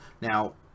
now